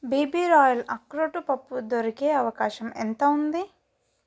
BB royal ఆక్రోటు పప్పు దొరికే అవకాశం ఎంత ఉంది